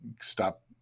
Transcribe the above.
stop